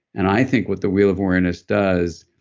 and i think what the wheel of awareness does,